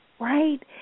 right